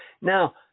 Now